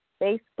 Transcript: Facebook